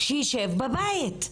שישב בבית.